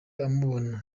amubona